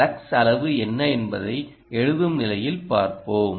lux அளவு என்ன என்பதை எழுதும் நிலையில் பார்ப்போம்